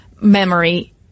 memory